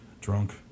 Drunk